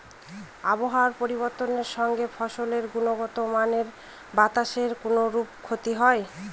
আবহাওয়ার পরিবর্তনের সঙ্গে ফসলের গুণগতমানের বাতাসের কোনরূপ ক্ষতি হয়?